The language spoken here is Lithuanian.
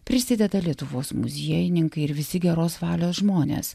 prisideda lietuvos muziejininkai ir visi geros valios žmonės